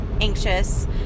anxious